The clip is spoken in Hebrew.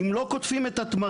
אם לא קוטפים את התמרים,